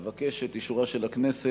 אבקש את אישורה של הכנסת